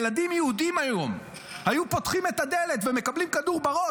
ילדים יהודים היום היו פותחים את הדלת ומקבלים כדור בראש,